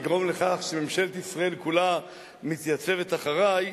לגרום לכך שממשלת ישראל כולה מתייצבת אחרי,